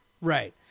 Right